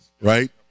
right